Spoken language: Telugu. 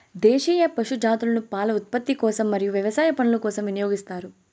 దేశీయ పశు జాతులను పాల ఉత్పత్తి కోసం మరియు వ్యవసాయ పనుల కోసం వినియోగిస్తారు